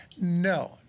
No